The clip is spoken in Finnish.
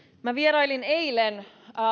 minä vierailin eilen